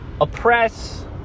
oppress